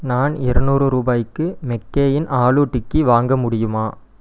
நான் இருநூறு ரூபாய்க்கு மெக்கெயின் ஆலு டிக்கி வாங்க முடியுமா